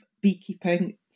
beekeeping